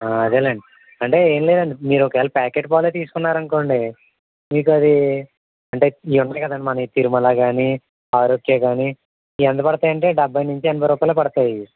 అదే లేండి అంటే ఏమి లేదండి మీరు ఒకవేళ ప్యాకెట్ పాలు తీసుకున్నారు అనునుకోండి మీకు అది అంటే ఉన్నాయి కదండి మన తిరుమల కానీ ఆరోక్య కానీ ఎంత పడతాయి అంటే డెబ్భై నుంచి ఎనభై రూపాయలు పడతాయి ఇవి